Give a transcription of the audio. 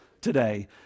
today